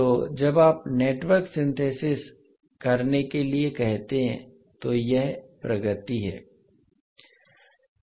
तो जब आप नेटवर्क सिंथेसिस करने के लिए कहते हैं तो यह प्रगति है